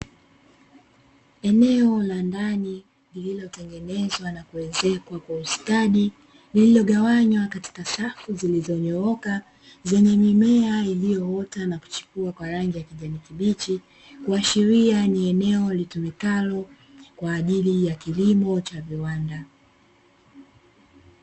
Eneo la ndani lililotengenezwa na kuezekwa kwa ustadi, lililogawanywa katika safu zilizonyooka zenye mimea iliyoota na kuchipua kwa rangi ya kijani kibichi, kuashiria ni eneo litumikalo kwa ajili ya kilimo cha viwanda.